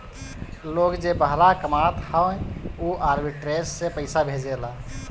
लोग जे बहरा कामत हअ उ आर्बिट्रेज से पईसा भेजेला